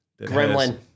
gremlin